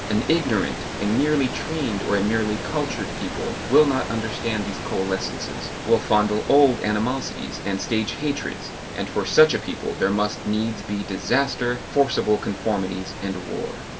an ignorant, a merely trained or a merely cultured people, will not understand these coalescences, will fondle old animosities and stage hatreds, and for such a people there must needs be disaster, forcible conformities and war.